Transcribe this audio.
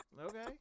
Okay